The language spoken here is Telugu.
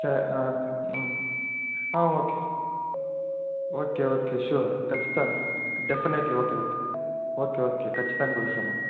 సరే ఓకే ఓకే ఓకే స్యూర్ ఖచ్చితంగా definitely okay okay okay okay ఖచ్చితంగా పిలుస్తాను